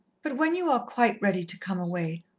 but when you are quite ready to come away,